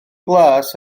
glas